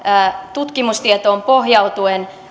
tutkimustietoon pohjautuen